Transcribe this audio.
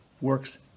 works